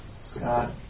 Scott